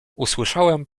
usłyszałem